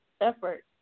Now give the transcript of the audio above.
effort